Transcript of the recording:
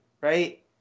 right